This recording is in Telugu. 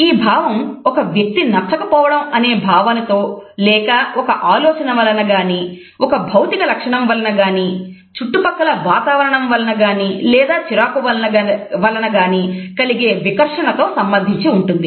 ఈ భావం ఒక వ్యక్తి నచ్చకపోవడం అనే భావనతో లేక ఒక ఆలోచన వలనగాని ఒక భౌతిక లక్షణం వలన గాని చుట్టుపక్కల వాతావరణం వలన గాని లేదా చిరాకు వలన గాని కలిగె వికర్షణ తో సంబంధించి ఉంటుంది